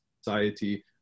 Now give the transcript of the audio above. society